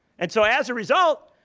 and so as a result,